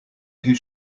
his